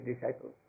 disciples